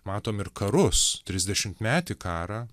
matom ir karus trisdešimtmetį karą